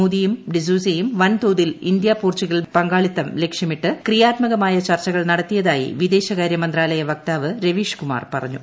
മോദിയും ഡി സൂസയും വൻതോതിൽ ഇന്ത്യ പോർച്ചുഗൽ പങ്കാളിത്തം ലക്ഷ്യമിട്ട് ക്രിയാത്മകമായ ചർച്ചകൾ നടത്തിയതായി വിദേശകാര്യ മന്ത്രാലയ വക്താവ് രവീഷ് കുമാർ പറഞ്ഞു